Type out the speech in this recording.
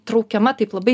traukiama taip labai